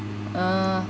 err